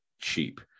cheap